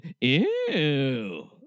Ew